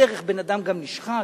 בדרך בן-אדם גם נשחק.